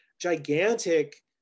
gigantic